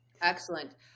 Excellent